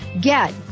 Get